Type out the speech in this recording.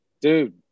dude